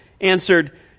answered